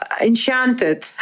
enchanted